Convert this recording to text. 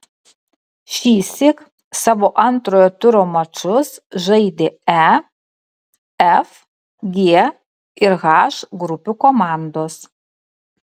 šįsyk savo antrojo turo mačus žaidė e f g ir h grupių komandos